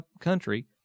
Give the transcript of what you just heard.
country